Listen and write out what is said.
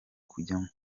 kujyamo